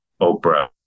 Oprah